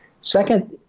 Second